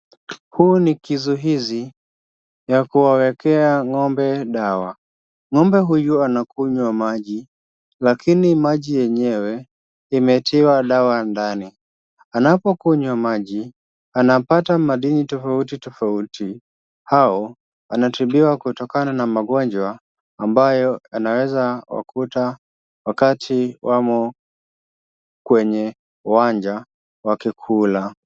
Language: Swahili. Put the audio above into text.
Hii ni kizuizi ya kuwawekea ng'ombe dawa ng'ombe huyu anakunywa maji lakini maji yenyewe imetiwa dawa ndani anapokunywa maji anapata madini tofauti tofauti au anatibiwa kutokana na magonjwa ambayo yanaweza kuwakuta wakati wamo kwenye uwanja wakikula.